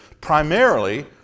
primarily